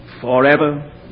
forever